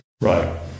Right